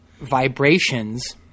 vibrations